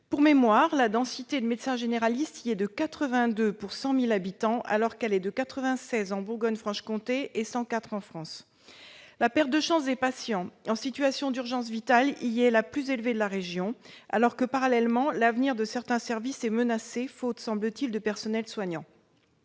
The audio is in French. Pour mémoire, la densité de médecins généralistes y est de 82 pour 100 000 habitants, alors qu'elle est de 96 en Bourgogne-Franche-Comté et de 104 en France. La perte de chance des patients en situation d'urgence vitale y est la plus élevée de la région Bourgogne-Franche-Comté, alors que, parallèlement, l'avenir de certains services est menacé faute, semble-t-il, de personnel soignant.